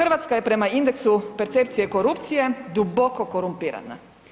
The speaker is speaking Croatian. RH je prema indeksu percepcije korupcije duboko korumpirana.